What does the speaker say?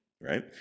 right